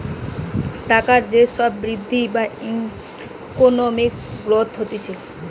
টাকার যে সব বৃদ্ধি বা ইকোনমিক গ্রোথ হতিছে